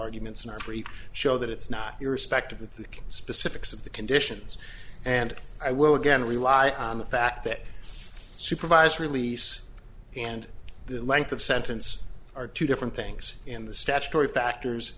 arguments and every show that it's not irrespective of the specifics of the conditions and i will again rely on the fact that supervised release and the length of sentence are two different things in the statutory factors